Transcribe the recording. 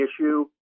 issue